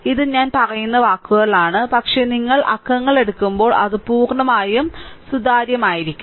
ഇത് ഞാൻ പറയുന്ന വാക്കുകളിലാണ് പക്ഷേ നിങ്ങൾ അക്കങ്ങൾ എടുക്കുമ്പോൾ അത് പൂർണ്ണമായും സുതാര്യമായിരിക്കും